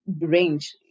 range